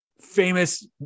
Famous